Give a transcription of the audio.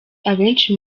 abenshi